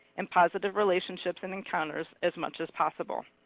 and positive relationships and encounters, as much as possible.